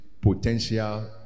potential